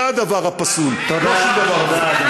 זה הדבר הפסול, לא שום דבר אחר.